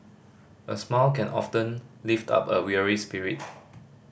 a smile can often lift up a weary spirit